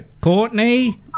Courtney